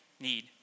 need